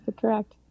correct